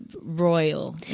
royal